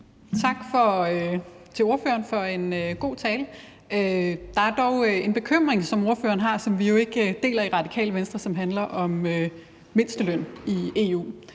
Tak til ordføreren for en god tale. Der er dog en bekymring, som ordføreren har, som vi jo ikke deler i Radikale Venstre, og som handler om mindsteløn i EU.